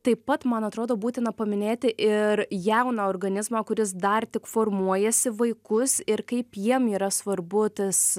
taip pat man atrodo būtina paminėti ir jauną organizmą kuris dar tik formuojasi vaikus ir kaip jiem yra svarbu tas